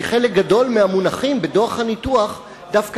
כי חלק גדול מהמונחים בדוח הניתוח דווקא